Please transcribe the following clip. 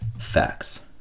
facts